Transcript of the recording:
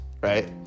Right